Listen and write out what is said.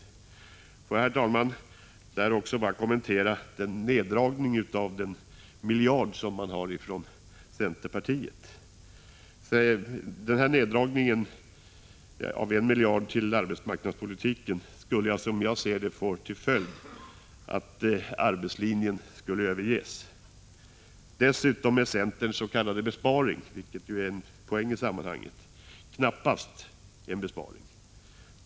Låt mig i det sammanhanget, herr talman, kommentera den neddragning med 1 miljard i fråga om arbetsmarknadspolitiken som centerpartiet vill genomföra. Den neddragningen skulle, som jag ser det, få till följd att arbetslinjen övergavs. Dessutom är centerns s.k. besparing — vilket ju är en poäng i sammanhanget — knappast att se som någon sådan.